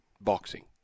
boxing